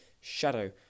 shadow